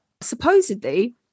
Supposedly